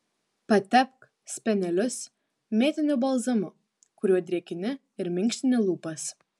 patepk spenelius mėtiniu balzamu kuriuo drėkini ir minkštini lūpas